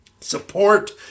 support